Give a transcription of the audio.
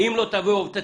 אתה מפריע לי.